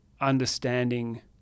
understanding